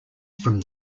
from